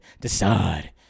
Decide